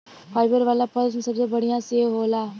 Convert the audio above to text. fibre वाला फल में सबसे बढ़िया सेव होला